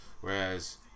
whereas